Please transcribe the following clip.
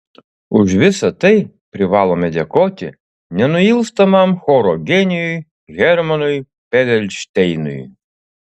už visa tai privalome dėkoti nenuilstamam choro genijui hermanui perelšteinui